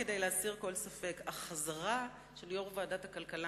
כדי להסיר כל ספק: החזרה של יושב-ראש ועדת הכלכלה